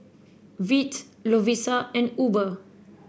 Veet Lovisa and Uber